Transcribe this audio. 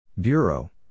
Bureau